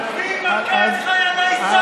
מי מכה את חיילי צה"ל?